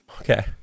Okay